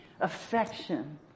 affection